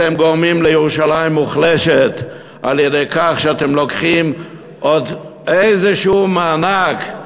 אתם גורמים לירושלים מוחלשת על-ידי כך שאתם לוקחים עוד איזשהו מענק,